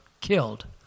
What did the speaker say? killed